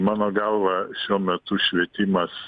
mano galva šiuo metu švietimas